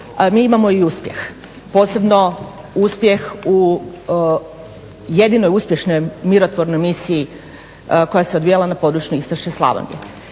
mi imamo i uspjeh posebno uspjeh u jedinoj uspješnoj mirotvornoj misiji koja se odvijala na području Istočne Slavonije.